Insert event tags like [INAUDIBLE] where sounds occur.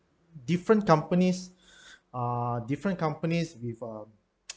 different companies err different companies with a [NOISE]